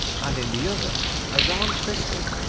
and in the other a round crystal.